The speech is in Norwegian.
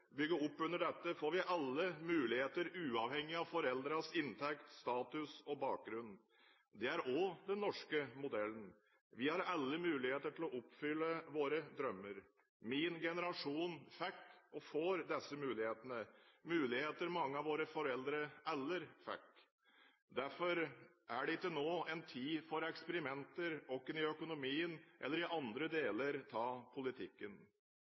bygger opp under dette, får vi alle muligheter, uavhengig av foreldrenes inntekt, status og bakgrunn. Det er også den norske modellen – vi har alle muligheter til å oppfylle våre drømmer. Min generasjon fikk, og får, disse mulighetene – muligheter mange av våre foreldre aldri fikk. Derfor er det ikke nå tid for eksperimenter, verken i økonomien eller i andre deler av politikken.